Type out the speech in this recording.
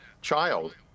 child